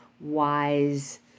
wise